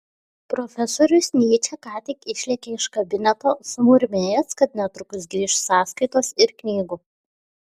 profesorius nyčė ką tik išlėkė iš kabineto sumurmėjęs kad netrukus grįš sąskaitos ir knygų